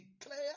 declare